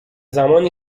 زمانی